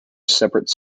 separate